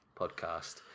podcast